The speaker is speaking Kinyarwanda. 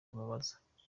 tumubaza